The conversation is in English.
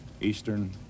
Eastern